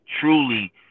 truly